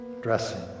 dressing